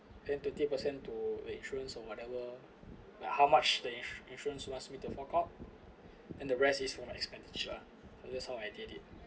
then twenty percent to the insurance or whatever like how much the insu~ insurance ask me to fork out and the rest is for my expenditure and that's how I did it